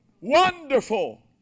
wonderful